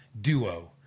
duo